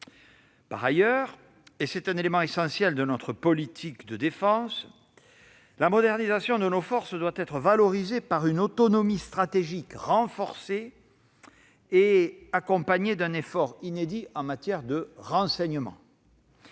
Par ailleurs, et c'est un élément fondamental de notre politique de défense, la modernisation de nos forces doit s'accompagner d'une autonomie stratégique renforcée et d'un effort inédit en matière de renseignement.